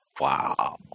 Wow